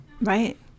right